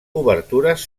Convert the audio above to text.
obertures